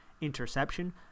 interception